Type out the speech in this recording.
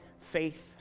faith